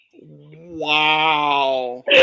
Wow